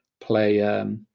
play